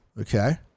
Okay